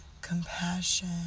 compassion